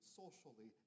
socially